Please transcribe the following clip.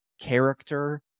character